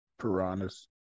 Piranhas